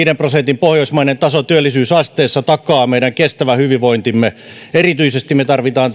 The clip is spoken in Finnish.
prosentin pohjoismainen taso työllisyysasteessa takaa meidän kestävän hyvinvointimme erityisesti me tarvitsemme